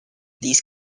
these